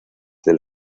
del